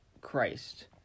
Christ